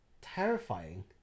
terrifying